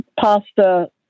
pasta